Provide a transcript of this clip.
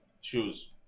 shoes